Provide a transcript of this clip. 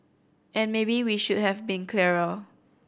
and maybe we should have been clearer